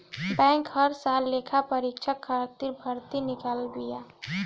bank हर साल लेखापरीक्षक खातिर भर्ती निकालत बिया